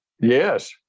Yes